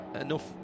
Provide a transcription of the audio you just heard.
enough